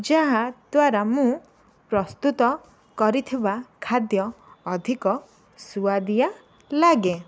ଯାହା ଦ୍ୱାରା ମୁଁ ପ୍ରସ୍ତୁତ କରିଥିବା ଖାଦ୍ୟ ଅଧିକ ସୁଆଦିଆ ଲାଗେ